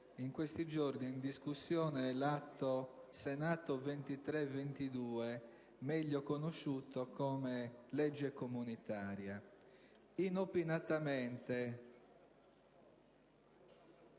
in questi giorni è in discussione l'Atto Senato n. 2322, meglio conosciuto come legge comunitaria. A tale